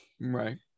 Right